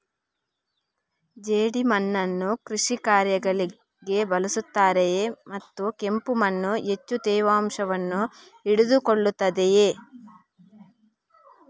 ಜೇಡಿಮಣ್ಣನ್ನು ಕೃಷಿ ಕಾರ್ಯಗಳಿಗೆ ಬಳಸುತ್ತಾರೆಯೇ ಮತ್ತು ಕೆಂಪು ಮಣ್ಣು ಹೆಚ್ಚು ತೇವಾಂಶವನ್ನು ಹಿಡಿದಿಟ್ಟುಕೊಳ್ಳುತ್ತದೆಯೇ?